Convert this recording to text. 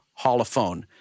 Holophone